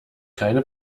keine